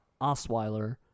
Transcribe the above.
Osweiler